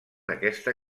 aquesta